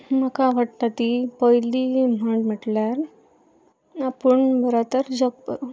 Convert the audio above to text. म्हाका आवडटा ती पयलीं म्हण म्हटल्यार आपूण बरो तर जग बरें